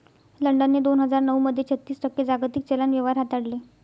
लंडनने दोन हजार नऊ मध्ये छत्तीस टक्के जागतिक चलन व्यवहार हाताळले